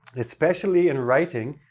especially in writing,